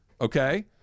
okay